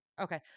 Okay